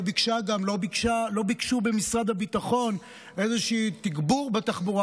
לא ביקשו במשרד הביטחון איזשהו תגבור בתחבורה